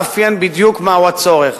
לכן צריך לאפיין בדיוק מהו הצורך.